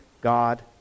God